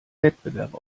wettbewerb